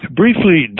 briefly